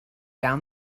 down